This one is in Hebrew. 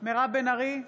מירב בן ארי,